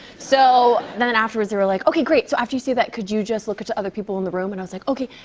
so then afterwards, they were like, okay, great, so after you say that could you just look at the other people in the room? and i was like, okay,